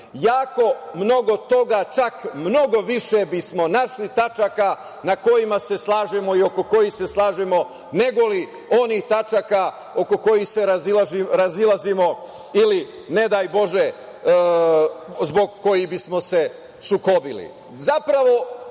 Jako mnogo toga, čak mnogo više bismo našli tačaka na kojima se slažemo i oko kojih se slažemo, negoli onih tačaka oko kojih se razilazimo ili, ne daj Bože, zbog kojih bismo se sukobili. Zapravo,